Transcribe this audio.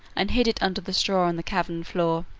and hid it under the straw on the cavern floor.